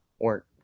work